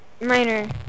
Minor